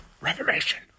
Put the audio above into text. Reformation